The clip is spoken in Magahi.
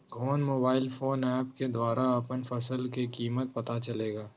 कौन मोबाइल फोन ऐप के द्वारा अपन फसल के कीमत पता चलेगा?